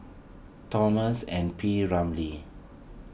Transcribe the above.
Thomas and P Ramlee